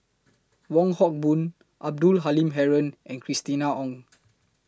Wong Hock Boon Abdul Halim Haron and Christina Ong